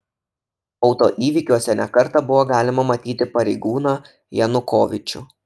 autoįvykiuose ne kartą buvo galima matyti pareigūną janukovyčių